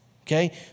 Okay